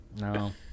No